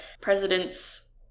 president's